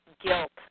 guilt